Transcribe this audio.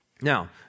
Now